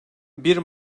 bir